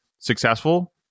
successful